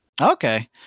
Okay